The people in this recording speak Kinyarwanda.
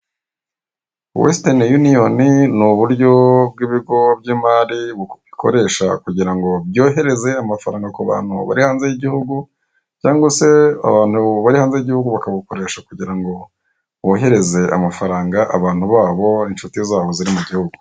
Wesitani yuniyoni ni uburyo bw'ibigo by'imari bikoresha kugira ngo byohereze amafaranga ku bantu bari hanze y'igihugu cyangwa se abantu bari hanze y'igihugu bakabukoresha kugira ngo bohereza amafaranga abantu babo inshuti zabo ziri mu gihugu.